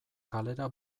kalera